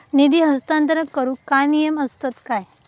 निधी हस्तांतरण करूक काय नियम असतत काय?